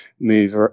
move